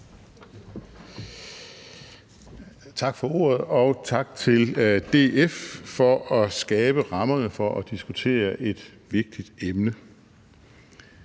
Tak for ordet, og tak til DF for at skabe rammerne om at diskutere et vigtigt emne.